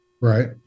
Right